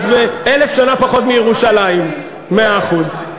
אז 1,000 שנה פחות מירושלים, מאה אחוז.